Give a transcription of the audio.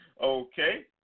Okay